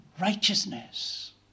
Righteousness